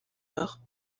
nord